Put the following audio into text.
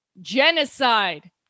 genocide